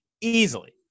easily